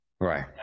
right